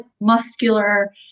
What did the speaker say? muscular